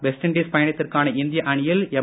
West Indies பயணத்திற்கான இந்திய அணியில் எம்